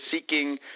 seeking